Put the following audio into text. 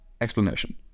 explanation